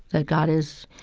that god is,